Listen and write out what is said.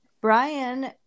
Brian